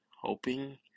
hoping